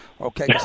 okay